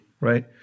right